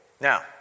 Now